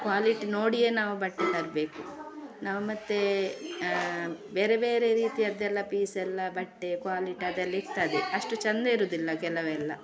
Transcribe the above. quality ನೋಡಿಯೇ ನಾವು ಬಟ್ಟೆ ತರಬೇಕು ನಾವು ಮತ್ತೇ ಬೇರೆ ಬೇರೆ ರೀತಿಯದ್ದೆಲ್ಲ ಪೀಸ್ ಎಲ್ಲ ಬಟ್ಟೆ ಕ್ವಾಲಿಟಿ ಅದೆಲ್ಲ ಇರ್ತದೆ ಅಷ್ಟು ಚಂದ ಇರೋದಿಲ್ಲ ಕೆಲವೆಲ್ಲ